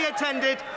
attended